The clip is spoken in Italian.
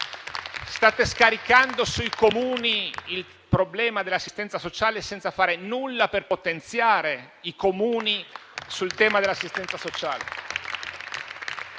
State scaricando sui Comuni il problema dell'assistenza sociale senza fare nulla per potenziarli sul tema dell'assistenza sociale.